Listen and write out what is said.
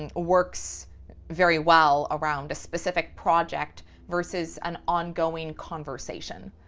and works very well around a specific project versus an ongoing conversation.